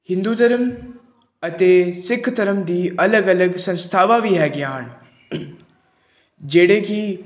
ਹਿੰਦੂ ਧਰਮ ਅਤੇ ਸਿੱਖ ਧਰਮ ਦੀ ਅਲੱਗ ਅਲੱਗ ਸੰਸਥਾਵਾਂ ਵੀ ਹੈਗੀਆਂ ਹਨ ਜਿਹੜੇ ਕਿ